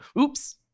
Oops